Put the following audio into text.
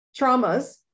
traumas